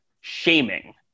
shaming